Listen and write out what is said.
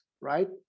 right